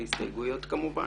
בהסתייגויות כמובן,